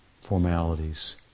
formalities